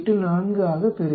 84 ஆக பெறுவேன்